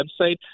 website